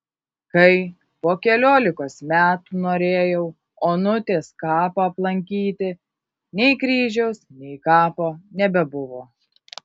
kai po keliolikos metų norėjau onutės kapą aplankyti nei kryžiaus nei kapo nebebuvo